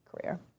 career